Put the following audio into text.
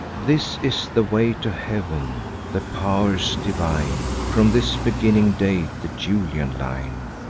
this is the way to heav'n the pow'rs divine from this beginning date the julian line.